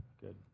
Good